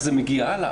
איך זה מגיע הלאה.